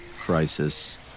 crisis